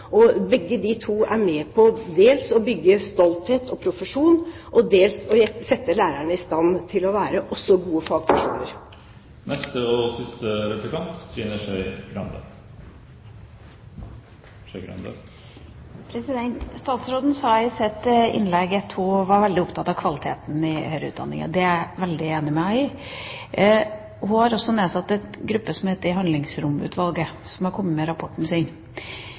lærerutdanningen. Begge de to er med på dels å bygge stolthet og profesjon og dels å sette lærerne i stand til også å være gode fagpersoner. Statsråden sa i sitt innlegg at hun var veldig opptatt av kvaliteten i denne utdanninga. Det er jeg veldig enig med henne i. Hun har også nedsatt en gruppe som heter Handlingsromutvalget, som har kommet med rapporten sin.